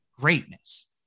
greatness